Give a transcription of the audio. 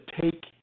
take